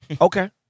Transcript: okay